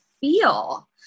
feel